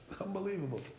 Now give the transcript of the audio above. Unbelievable